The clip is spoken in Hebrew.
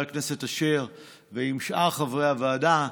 ועם שאר חברי הוועדה,